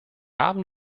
haben